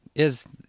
is,